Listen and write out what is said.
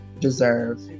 deserve